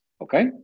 Okay